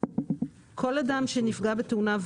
כל אדם שנפגע בתאונה,